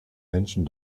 menschen